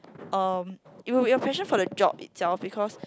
um it would be a passion for the job itself because